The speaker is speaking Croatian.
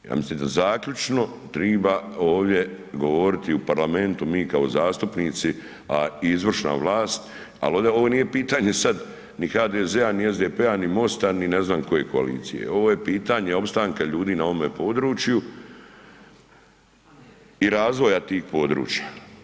Ja mislim da zaključno treba ovdje govoriti u Parlamentu mi kao zastupnici a izvršna vlast ali ovdje ovo nije pitanje sad ni HDZ-a ni SDP-a ni MOST-a ni ne znam koje koalicije, ovo je pitanje opstanka ljudi na ovome području i razvoja tih područja.